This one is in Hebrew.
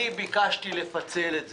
אני ביקשתי לפצל את זה,